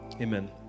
amen